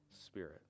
spirit